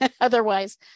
otherwise